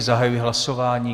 Zahajuji hlasování.